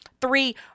three